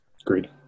Agreed